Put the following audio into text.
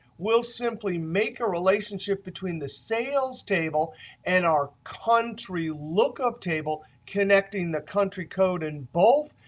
we'll simply make a relationship between the sales table and our country lookup table connecting the country code in both,